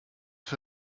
für